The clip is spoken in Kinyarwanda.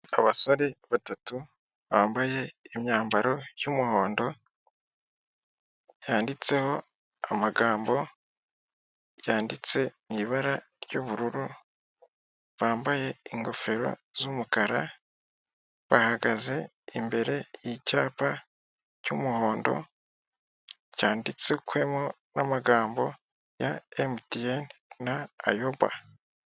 Abasore batatu bambaye imyambaro y'umuhondo yanditseho amagambo yanditse mu ibara ry'ubururu bambaye ingofero z'umukara bahagaze imbere y'icyapa cy'umuhondo cyanditsweho n'amagambo ya MTN na ayoba .